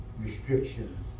restrictions